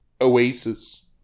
Oasis